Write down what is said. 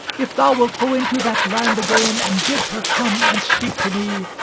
if thou wilt go into that land again, and bid her come and speak to me,